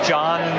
John